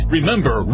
Remember